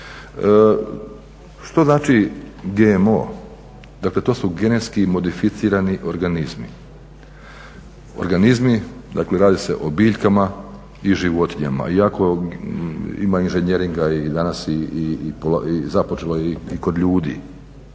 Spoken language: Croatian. Što znači GMO? Dakle, to su genetski modificirani organizmi. Organizmi, dakle radi se o biljkama i životinjama. Iako ima inženjeringa i danas i započelo je i kod ljudi